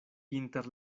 inter